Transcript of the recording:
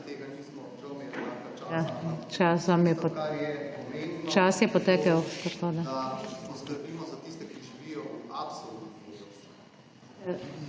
...